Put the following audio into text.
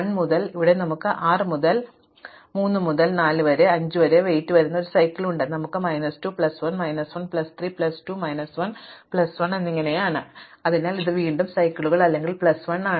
അതുപോലെ ഇവിടെ നമുക്ക് 6 മുതൽ 3 മുതൽ 4 മുതൽ 5 വരെ ഭാരം വരുന്ന ഒരു സൈക്കിൾ ഉണ്ട് നമുക്ക് minus 2 plus 1 minus 1 plus 3 plus 2 minus 1 plus 1 ആണ് അതിനാൽ ഇത് വീണ്ടും സൈക്കിൾ അല്ലെങ്കിൽ പ്ലസ് 1 ആണ്